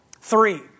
Three